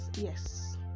yes